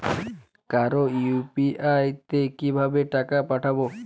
কারো ইউ.পি.আই তে কিভাবে টাকা পাঠাবো?